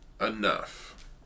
enough